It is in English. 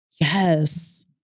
Yes